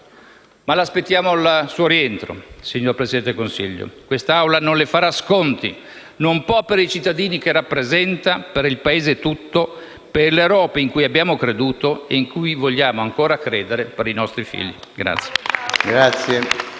La aspettiamo al suo rientro, signor Presidente del Consiglio. Questa Assemblea non le farà sconti: non può farlo, per i cittadini che rappresenta, per il Paese tutto, per l'Europa in cui abbiamo creduto e in cui vogliamo ancora credere per i nostri figli.